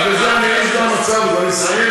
אז אם זה המצב אז אני אסיים,